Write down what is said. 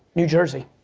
new jersey.